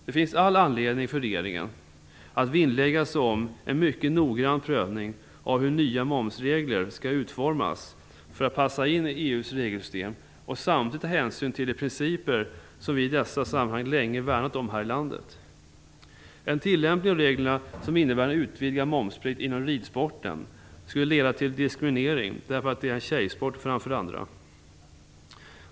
Det finns all anledning för regeringen att vinnlägga sig om en mycket noggrann prövning av hur nya momsregler skall utformas för att passa in i EU:s nya regelsystem och samtidigt ta hänsyn till de principer som vi i dessa sammanhang värnat om här i landet. En tillämpning av reglerna som innebär en utvidgad momsplikt inom ridsporten skulle leda till diskriminering, eftersom det är tjejsporten framför andra.